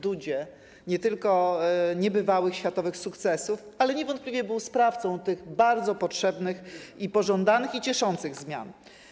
Dudzie nie tylko niebywałych światowych sukcesów, ale też tego, że niewątpliwie był sprawcą tych bardzo potrzebnych, pożądanych i cieszących zmian.